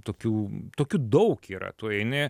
tokių tokių daug yra tu eini